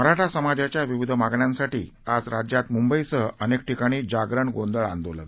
मराठा समाजाच्या विविध मागण्यांसाठी आज राज्यात मुंबईसह अनेक ठिकाणी जागरण गोंधळ आंदोलन